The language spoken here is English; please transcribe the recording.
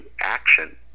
action